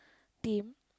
team